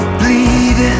bleed